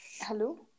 hello